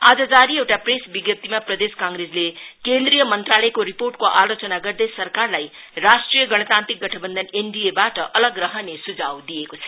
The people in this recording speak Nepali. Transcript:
आज जारी एउटा प्रेस विज्ञाप्तीमा प्रदेश कांग्रेसले केन्द्रीय मंत्रालयको रिपोर्टको आलोचना गर्दै सत्तारूढ़ पार्टी र सरकारलाई राष्ट्रिय गणतान्त्रिक गठबन्धन एमडीए बाट अलग रहने सुझाव दिएको छ